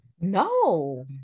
No